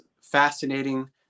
fascinating